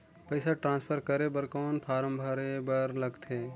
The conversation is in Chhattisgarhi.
पईसा ट्रांसफर करे बर कौन फारम भरे बर लगथे?